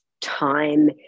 time